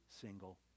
single